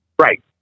Right